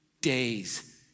days